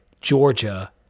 Georgia